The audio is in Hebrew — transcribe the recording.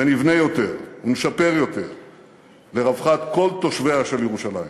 ונבנה יותר ונשפר יותר לרווחת כל תושביה של ירושלים.